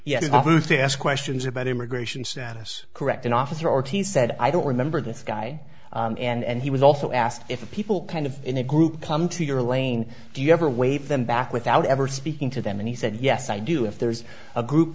to ask questions about immigration status correct an officer ortiz said i don't remember this guy and he was also asked if people kind of in a group come to your lane do you ever wave them back without ever speaking to them and he said yes i do if there's a group